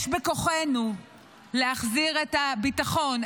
יש בכוחנו להחזיר את הביטחון,